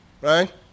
Right